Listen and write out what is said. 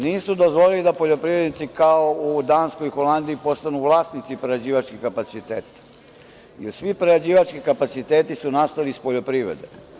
Nisu dozvolili da poljoprivrednici kao u Danskoj, Holandiji postanu vlasnici prerađivačkih kapaciteta jer svi prerađivački kapaciteti su nastali iz poljoprivrede.